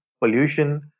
pollution